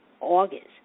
August